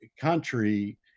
country